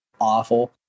awful